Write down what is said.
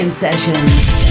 Sessions